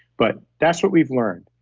but that's what we've learned.